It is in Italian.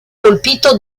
colpito